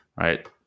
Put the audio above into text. right